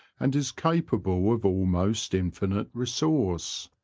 and is capable of almost infinite resource.